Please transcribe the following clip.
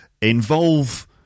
involve